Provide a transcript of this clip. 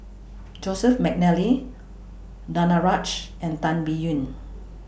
Joseph Mcnally Danaraj and Tan Biyun